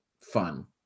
fun